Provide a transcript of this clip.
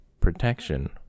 Protection